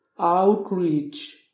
Outreach